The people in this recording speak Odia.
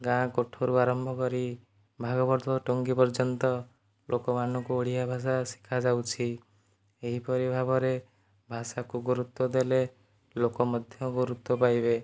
ଗାଁ କୋଠରୁ ଆରମ୍ଭ କରି ଭାଗବତ ଟୁଙ୍ଗୀ ପର୍ଯ୍ୟନ୍ତ ଲୋକ ମାନଙ୍କୁ ଓଡ଼ିଆ ଭାଷା ଶିଖା ଯାଉଛି ଏହି ପରି ଭାବରେ ଭାଷାକୁ ଗୁରୁତ୍ୱ ଦେଲେ ଲୋକ ମଧ୍ୟ ଗୁରୁତ୍ୱ ପାଇବେ